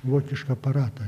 vokišką aparatą